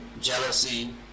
Jealousy